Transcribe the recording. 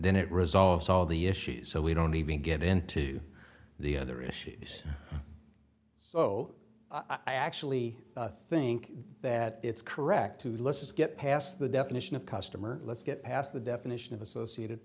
then it resolves all the issues so we don't even get into the other issues so i actually think that it's correct to let's just get past the definition of customer let's get past the definition of associated